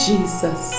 Jesus